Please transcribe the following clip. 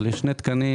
אבל יש שני תקנים.